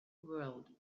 world